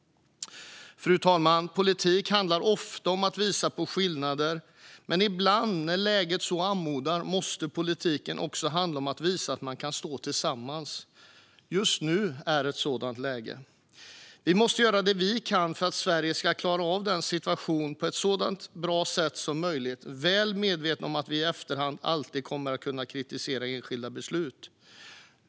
Fru talman! Politik handlar ofta om att visa på skillnader. Men ibland när läget så anmodar måste politiken också handla om att visa att man kan stå tillsammans. Just nu är ett sådant läge. Vi måste göra det vi kan för att Sverige ska klara av denna situation på ett så bra sätt som möjligt, väl medvetna om att vi i efterhand alltid kommer att kunna kritisera enskilda beslut.